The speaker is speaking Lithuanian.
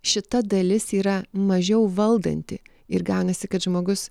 šita dalis yra mažiau valdanti ir gaunasi kad žmogus